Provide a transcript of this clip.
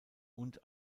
und